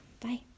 Bye